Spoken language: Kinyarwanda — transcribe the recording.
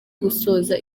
gusoza